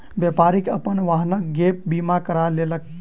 व्यापारी अपन वाहनक गैप बीमा करा लेलक